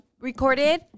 recorded